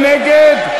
מי נגד?